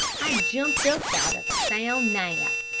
i jumped up out of a sound nap.